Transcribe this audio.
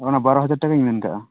ᱚᱱᱟ ᱵᱟᱨᱳ ᱦᱟᱡᱟᱨ ᱴᱟᱠᱟᱧ ᱢᱮᱱ ᱟᱠᱟᱜᱼᱟ